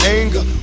anger